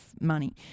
money